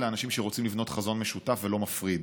אנשים שרוצים לבנות חזון משותף ולא מפריד.